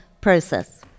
process